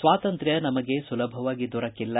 ಸ್ವಾತಂತ್ರ್ಯ ನಮಗೆ ಸುಲಭವಾಗಿ ದೊರಕಿಲ್ಲ